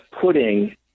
putting